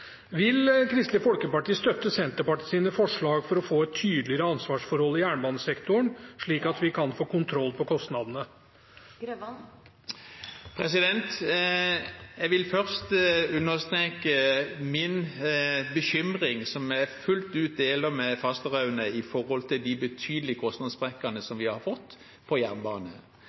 Vil Kristelig Folkeparti støtte Senterpartiets forslag for å få tydeligere ansvarsforhold i jernbanesektoren, slik at vi kan få kontroll på kostnadene? Jeg vil først understreke min bekymring – som jeg fullt ut deler med representanten Fasteraune – når det gjelder de betydelige kostnadssprekkene vi har fått på